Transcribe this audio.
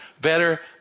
better